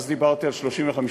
אז דיברתי על 35 ק"מ,